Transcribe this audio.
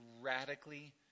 radically